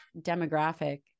demographic